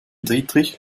dietrich